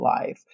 life